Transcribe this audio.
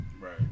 right